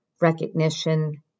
recognition